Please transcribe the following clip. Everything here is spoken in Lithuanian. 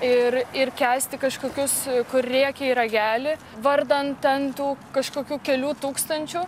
ir ir kęsti kažkokius kur rėkia į ragelį vardan ten tų kažkokių kelių tūkstančių